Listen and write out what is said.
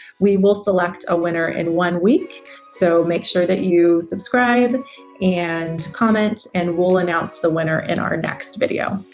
we will select a winner in and one week so make sure that you subscribe and comment and we'll announce the winner in our next video.